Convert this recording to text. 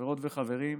חברות וחברים,